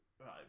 Right